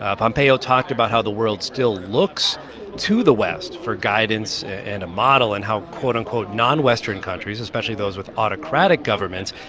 ah pompeo talked about how the world still looks to the west for guidance and a model and how, quote, unquote, non-western countries, especially those with autocratic governments,